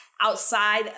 outside